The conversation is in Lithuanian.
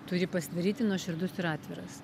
turi pasidaryti nuoširdus ir atviras